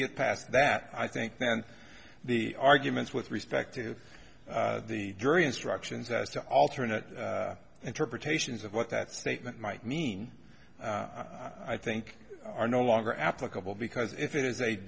get past that i think that the arguments with respect to the jury instructions as to alternate interpretations of what that statement might mean i think are no longer applicable because if it is